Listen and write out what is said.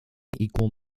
equal